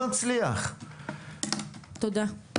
תודה.